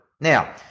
Now